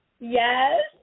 Yes